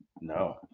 no